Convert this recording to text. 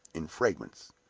in fragments.